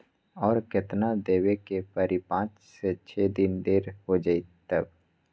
और केतना देब के परी पाँच से छे दिन देर हो जाई त?